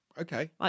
Okay